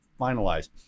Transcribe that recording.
finalize